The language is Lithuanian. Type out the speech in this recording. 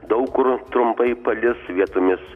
daug kur trumpai palis vietomis